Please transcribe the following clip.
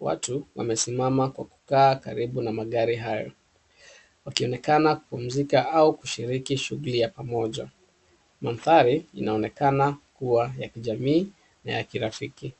Watu wamesimama na kukaa karibu na magari hayo wakionekana kupumzika au kushiriki shughuli ya pamoja. Mandhari inaonekana kuwa ya kijamii na ya kirafiki.